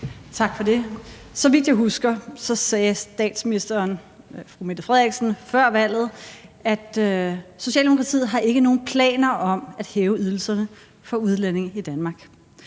Tak for det. Så vidt jeg husker, sagde statsministeren før valget, at Socialdemokratiet ikke har nogen planer om at hæve ydelserne for udlændinge i Danmark.